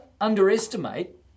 underestimate